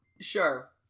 sure